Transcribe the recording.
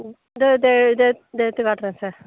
இதோ இதோ இதோ எடுத்துக்காட்டுறேன் சார்